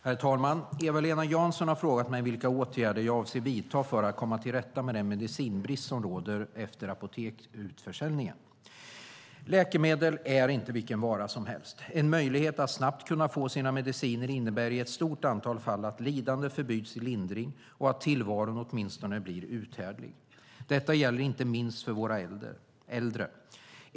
Herr talman! Eva-Lena Jansson har frågat mig vilka åtgärder jag avser att vidta för att komma till rätta med den medicinbrist som råder efter apoteksutförsäljningen. Läkemedel är inte vilken vara som helst. En möjlighet att snabbt få sina mediciner innebär i ett stort antal fall att lidande förbyts i lindring och att tillvaron åtminstone blir uthärdlig. Detta gäller inte minst för våra äldre.